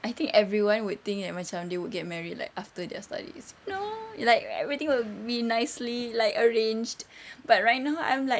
I think everyone would think like macam they would get married like after their studies no like everything will be nicely like arranged but right now I'm like